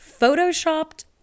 photoshopped